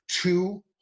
two